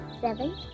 seven